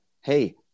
hey